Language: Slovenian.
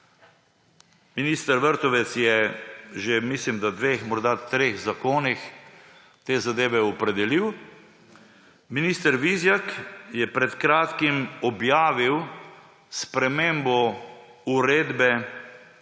Minister Vrtovec je, mislim da, v dveh morda treh zakonih te zadeve opredelil, minister Vizjak je pred kratkim objavil spremembo Uredbe